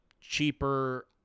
cheaper